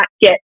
get